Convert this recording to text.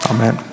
Amen